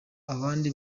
abandi